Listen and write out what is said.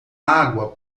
água